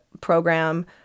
program